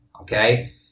okay